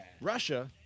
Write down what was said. Russia